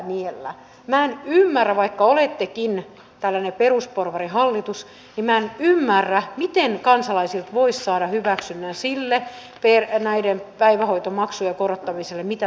minä en ymmärrä vaikka olettekin tällainen perusporvarihallitus miten kansalaisilta voisi saada hyväksynnän näiden päivähoitomaksujen korottamiselle minkä tämä hallitus aikoo tehdä